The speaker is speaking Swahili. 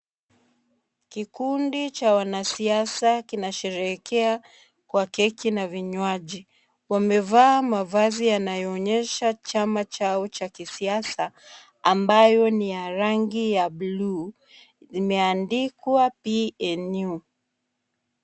Kikundi cha wanasiasa kinasherehekea kwa keki na vinywaji. Wamevaa mavazi yanayoonyesha chama chao cha kisiasa ambayo ni ya rangi ya blue imeandikwa PNU.